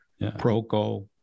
Proco